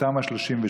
את תמ"א 38?